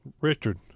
Richard